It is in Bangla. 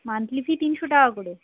মান্থলি ফি তিনশো টাকা করে